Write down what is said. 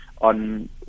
on